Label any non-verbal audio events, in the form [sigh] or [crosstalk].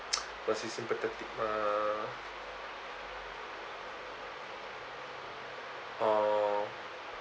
[noise] must be sympathetic mah orh